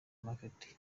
market